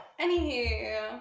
Anywho